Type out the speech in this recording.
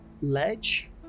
ledge